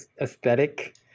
aesthetic